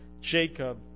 jacob